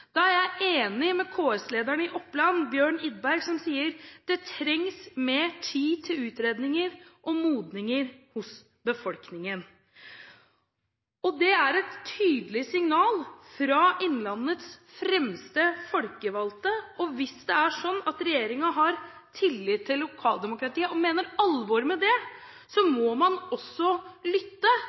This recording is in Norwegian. Da er jeg enig med KS-lederen i Oppland, Bjørn Iddberg, som sier: «Det trengs mer tid til utredninger og modning hos befolkningen». Det er et tydelig signal fra innlandets fremste folkevalgte, og hvis det er sånn at regjeringen har tillit til lokaldemokratiet og mener alvor med det, må man også lytte.